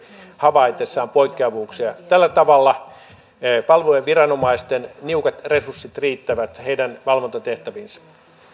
havaitessaan poikkeavuuksia tällä tavalla palveluja valvovien viranomaisten niukat resurssit riittävät valvontatehtäviin